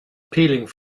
peeling